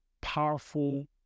powerful